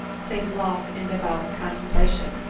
seemed lost in devout contemplation,